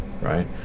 right